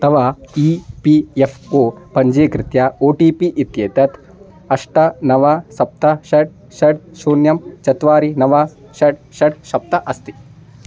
तव E P F O पञ्जीकृत्य O T P इत्येतत् अष्ट नव सप्त षट् षट् शून्यं चत्वारि नव षट् षट् सप्त अस्ति